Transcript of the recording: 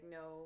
no